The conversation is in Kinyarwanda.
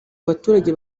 baturage